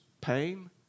pain